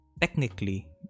technically